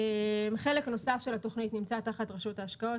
חלק נוסף של התוכנית נמצא תחת רשות ההשקעות,